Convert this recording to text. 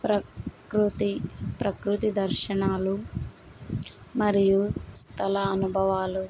ప్రకృతి ప్రకృతి దర్శనాలు మరియు స్థల అనుభవాలు